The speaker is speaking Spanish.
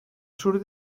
sur